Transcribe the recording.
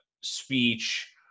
speech